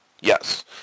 yes